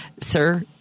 sir